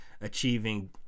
achieving